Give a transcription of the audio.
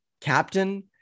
captain